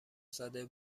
زده